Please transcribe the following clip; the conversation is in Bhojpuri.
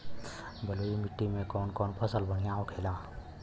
बलुई मिट्टी में कौन कौन फसल बढ़ियां होखेला?